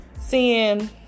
seeing